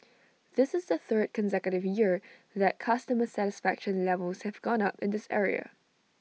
this is the third consecutive year that customer satisfaction levels have gone up in this area